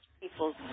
people's